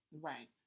Right